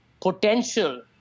potential